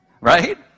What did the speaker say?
right